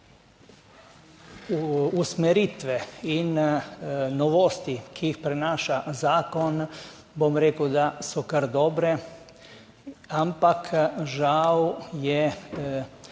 republiki. Usmeritve in novosti, ki jih prinaša zakon, bom rekel, da so kar dobre. Ampak žal je